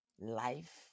life